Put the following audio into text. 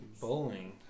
Bowling